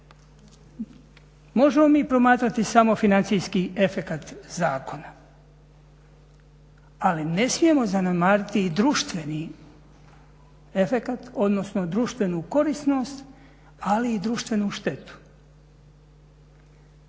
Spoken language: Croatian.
Možemo mi promatrati samo financijski efekat zakona, ali ne smijemo zanemariti i društveni efekat odnosno društvenu korisnost ali i društvenu štetu.